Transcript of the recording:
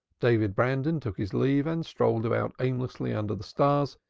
david brandon took his leave and strolled about aimlessly under the stars,